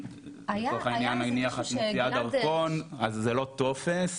לצורך העניין אם נניח את מוציאה דרכון אז זה לא טופס,